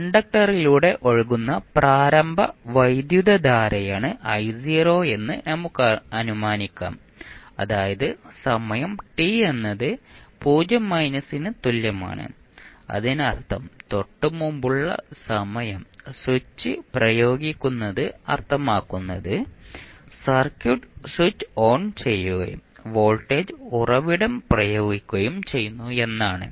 കണ്ടക്ടറിലൂടെ ഒഴുകുന്ന പ്രാരംഭ വൈദ്യുതധാരയാണ് എന്ന് നമുക്ക് അനുമാനിക്കാം അതായത് സമയം t എന്നത് 0 മൈനസിന് തുല്യമാണ് അതിനർത്ഥം തൊട്ടുമുമ്പുള്ള സമയം സ്വിച്ച് പ്രയോഗിക്കുന്നത് അർത്ഥമാക്കുന്നത് സർക്യൂട്ട് സ്വിച്ച് ഓൺ ചെയ്യുകയും വോൾട്ടേജ് ഉറവിടം പ്രയോഗിക്കുകയും ചെയ്യുന്നു എന്നാണ്